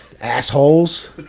assholes